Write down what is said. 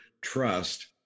trust